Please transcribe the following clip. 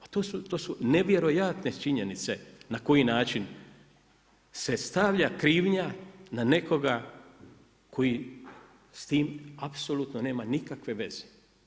A to su nevjerojatne činjenice na koji način se stavlja krivnja na nekoga koji s tim apsulutno nema nikakve veze.